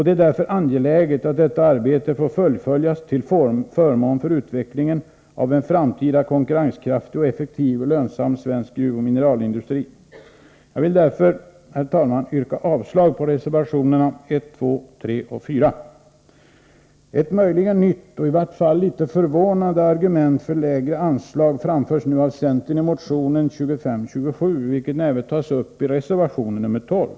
Det är därför angeläget att detta arbete nu får fullföljas till förmån för utvecklingen av en framtida konkurrenskraftig, effektiv och lönsam svensk gruvoch mineralindustri. Jag vill därför, herr talman, yrka avslag på reservationerna 1, 2,3 och 4. Ett möjligen nytt och i vart fall litet förvånande argument för lägre anslag framförs av centern i motionen nr 2527, vilken även följs upp i reservationen nr 12.